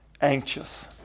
Anxious